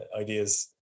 ideas